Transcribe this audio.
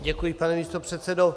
Děkuji, pane místopředsedo.